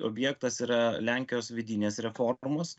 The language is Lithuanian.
objektas yra lenkijos vidinės reformos